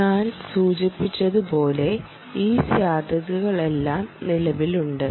ഞാൻ സൂചിപ്പിച്ചതുപോലെ ഈ സാധ്യതകളെല്ലാം നിലവിലുണ്ട്